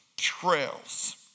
Trails